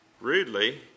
rudely